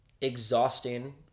exhausting